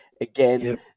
Again